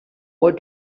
what